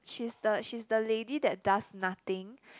she's the she's the lady that does nothing